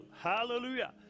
hallelujah